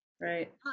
Right